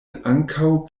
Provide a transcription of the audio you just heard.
ankaŭ